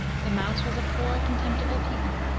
the mouse was a poor, contemptible people,